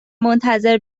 منتظر